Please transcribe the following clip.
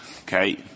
Okay